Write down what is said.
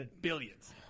billions